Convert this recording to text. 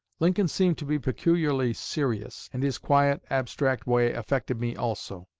lincoln seemed to be peculiarly serious, and his quiet, abstract way affected me also.